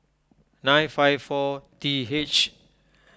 nine five four T H